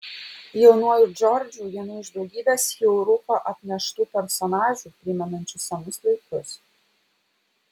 jaunuoju džordžu vienu iš daugybės jau rūko apneštų personažų primenančių senus laikus